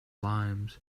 limes